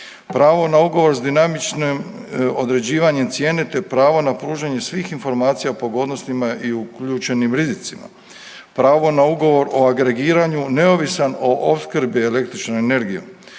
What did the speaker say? pravo na ugovor s dinamičnim određivanjem cijene, te pravo na pružanje svih informacija u pogodnostima i uključenim rizicima, pravo na ugovor o agregiranju neovisan o opskrbi električnom energijom,